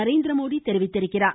நரேந்திரமோடி தெரிவித்துள்ளார்